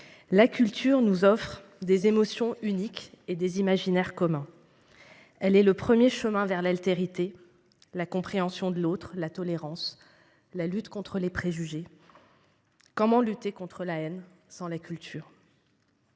la culture nous offre des émotions uniques et des imaginaires communs. Elle est le premier chemin vers l’altérité, la compréhension de l’autre, la tolérance et la lutte contre les préjugés. Comment combattre la haine sans la culture ?